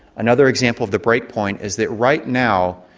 another example of the breakpoint is that right now,